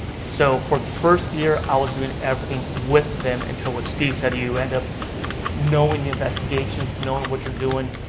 so for the first year, i was doing everything with them until what steve said, you end up knowing the investigations, knowing what you're doing.